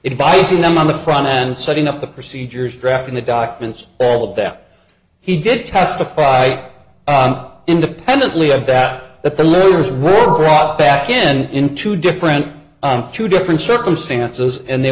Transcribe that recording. i see them on the front end setting up the procedures drafting the documents all of that he did testify independently of that that the lawyers were brought back in in two different two different circumstances and they